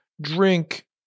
drink